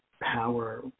power